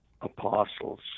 apostles